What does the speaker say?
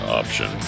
option